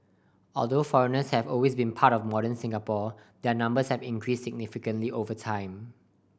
although foreigners have always been a part of modern Singapore their numbers have increased significantly over time